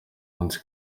munsi